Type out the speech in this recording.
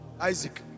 Isaac